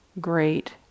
great